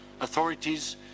authorities